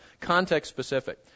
context-specific